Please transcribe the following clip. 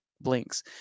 blinks